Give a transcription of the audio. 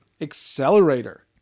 accelerator